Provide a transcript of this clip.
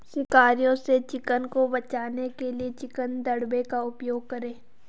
शिकारियों से चिकन को बचाने के लिए चिकन दड़बे का उपयोग करें